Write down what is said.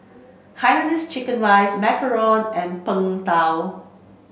Hainanese chicken rice Macaron and Png Tao